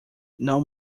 non